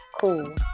cool